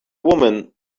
women